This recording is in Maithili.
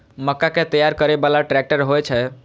मक्का कै तैयार करै बाला ट्रेक्टर होय छै?